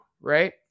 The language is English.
right